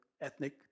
ethnic